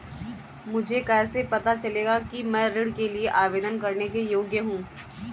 मुझे कैसे पता चलेगा कि मैं ऋण के लिए आवेदन करने के योग्य हूँ?